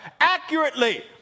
accurately